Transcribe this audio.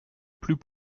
plus